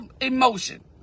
emotion